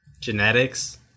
genetics